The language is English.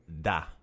da